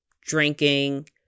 drinking